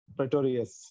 Pretorius